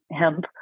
hemp